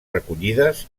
recollides